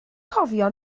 cofio